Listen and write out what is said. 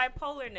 bipolarness